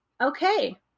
okay